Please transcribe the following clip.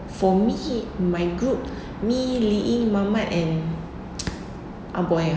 for me my group me lee ying mamat and ah boy ah